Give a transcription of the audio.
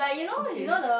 okay